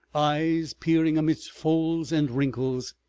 eyes peering amidst folds and wrinkles.